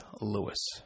Lewis